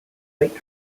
orange